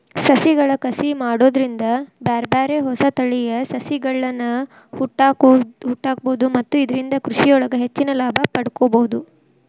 ಸಸಿಗಳ ಕಸಿ ಮಾಡೋದ್ರಿಂದ ಬ್ಯಾರ್ಬ್ಯಾರೇ ಹೊಸ ತಳಿಯ ಸಸಿಗಳ್ಳನ ಹುಟ್ಟಾಕ್ಬೋದು ಮತ್ತ ಇದ್ರಿಂದ ಕೃಷಿಯೊಳಗ ಹೆಚ್ಚಿನ ಲಾಭ ಪಡ್ಕೋಬೋದು